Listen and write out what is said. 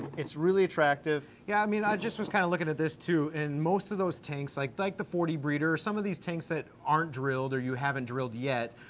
it's really attractive. yeah i mean i just was kinda lookin' at this, too, and most of those tanks like like the forty breeder or some of these tanks that aren't drilled or you haven't drilled yet,